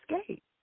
escape